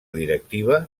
directiva